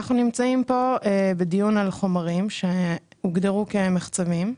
אנחנו נמצאים פה בדיון על חומרים שהוגדרו מחצבים,